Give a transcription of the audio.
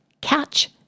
catch